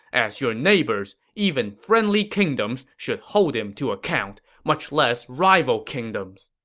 as your neighbors, even friendly kingdoms should hold him to account, much less rival kingdoms.